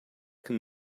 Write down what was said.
can